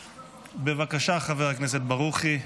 בבקשה, חבר הכנסת ברוכי.